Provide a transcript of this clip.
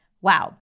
wow